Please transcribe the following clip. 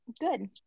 good